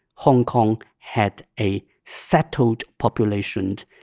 hong kong had a settled population. and